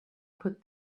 put